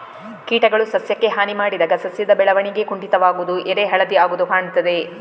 ಕೀಟಗಳು ಸಸ್ಯಕ್ಕೆ ಹಾನಿ ಮಾಡಿದಾಗ ಸಸ್ಯದ ಬೆಳವಣಿಗೆ ಕುಂಠಿತವಾಗುದು, ಎಲೆ ಹಳದಿ ಆಗುದು ಕಾಣ್ತದೆ